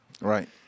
Right